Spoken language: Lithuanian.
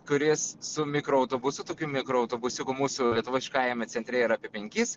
kuris su mikroautobusu tokiu mikroautobusiuku mūsų lietuviškajame centre yra apie penkis